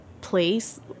place